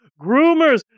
groomers